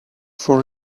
for